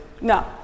No